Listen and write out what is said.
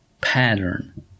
pattern